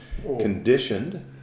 conditioned